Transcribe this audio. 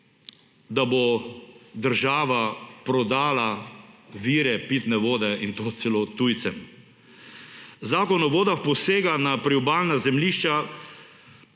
da bo država prodala vire pitne vode, in to celo tujcem. Zakon o vodah posege na priobalna zemljišča